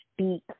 speak